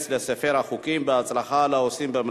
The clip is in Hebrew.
בעד, 9, אין מתנגדים.